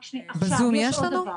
בזום יש לנו?